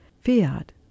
Fiat